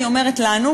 אני אומרת לנו,